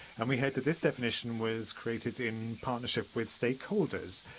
and we heard that this definition was created in partnership with stakeholders.